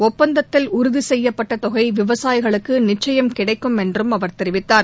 ஒப்பந்தத்தில் உறுதி செய்யப்பட்ட தொகை விவசாயிகளுக்கு நிச்சயம் கிடைக்கும் என்றும் அவர் தெரிவித்தார்